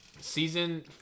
Season